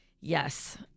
Yes